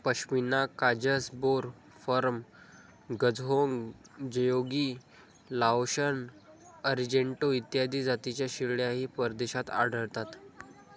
पश्मिना काजस, बोर, फर्म, गझहोंग, जयोगी, लाओशन, अरिजेंटो इत्यादी जातींच्या शेळ्याही परदेशात आढळतात